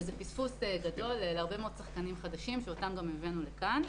וזה פספוס גדול להרבה מאוד שחקנים חדשים שאותם גם הבאנו לכאן.